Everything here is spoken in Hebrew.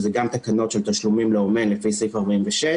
שזה גם תקנות של תשלומים לאומנים לפי סעיף 46,